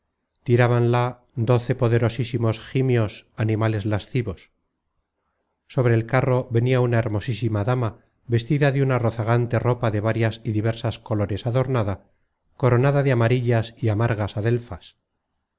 borrasca tirábanla doce poderosisimos jimios animales lascivos sobre el carro venia una hermosísima dama vestida de una rozagante ropa de várias y diversas colores adornada coronada de amarillas y amargas adelfas